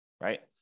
right